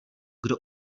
kdo